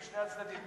משני הצדדים,